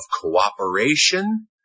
cooperation